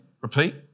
repeat